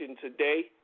Today